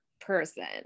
person